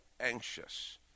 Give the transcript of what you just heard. anxious